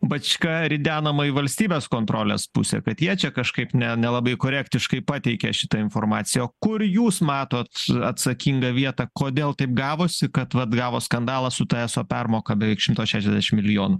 bačka ridenama į valstybės kontrolės pusę kad jie čia kažkaip ne nelabai korektiškai pateikė šitą informaciją kur jūs matot atsakingą vietą kodėl taip gavosi kad vat gavo skandalą su ta eso permoka beveik šimto šešiadešim milijonų